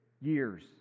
Years